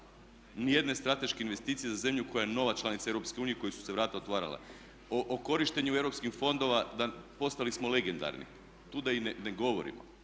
Nijedne strateške investicije za zemlju koja je nova članica EU i kojoj su se vrata otvarala. Po korištenju europskih fondova postali smo legendarni. Tu da i ne govorimo.